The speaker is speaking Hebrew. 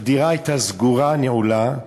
הדירה הייתה סגורה, נעולה,